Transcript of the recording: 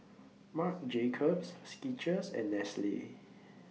Marc Jacobs Skechers and Nestle